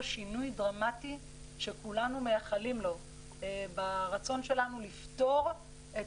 שינוי דרמטי שכולנו מייחלים לו ברצון שלנו לפתור את